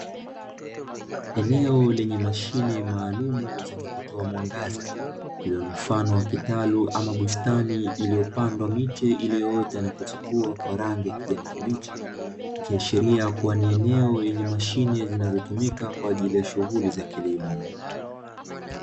Eneo lenye mashine maalumu zenye kutoa mwangaza mfano wa kitalu ama bustani iliyopandwa miche iliyoota na kuchipua kwa rangi ya kijani kibichi, kiashiria kuwa ni eneo yenye mashine zinazotumika kwa ajili ya shughuli za kilimo.